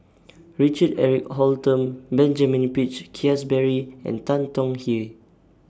Richard Eric Holttum Benjamin Peach Keasberry and Tan Tong Hye